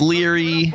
Leary